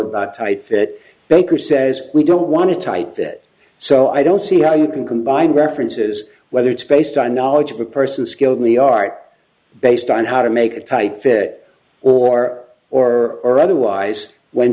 about tight that baker says we don't want to type it so i don't see how you can combine references whether it's based on knowledge of a person skilled in the art based on how to make a tight fit or or or otherwise when